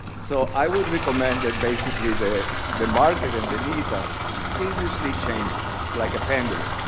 so, i would recommend that basically the the market and the needs are continuously changing. it's like a pendulum.